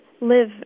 live